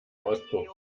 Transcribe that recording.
auspuff